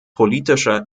politischer